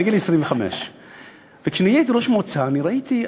בגיל 25. וכשנהייתי ראש המועצה ראיתי,